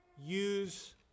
use